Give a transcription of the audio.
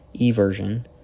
eversion